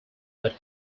but